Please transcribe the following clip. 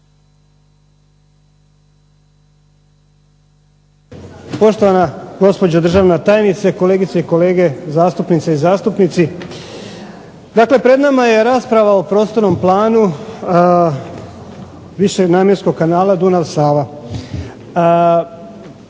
Poštovana gospođo državna tajnice, kolegice i kolege zastupnice i zastupnici. Dakle, pred nama je rasprava o prostornom planu višenamjenskog kanala Dunav – Sava.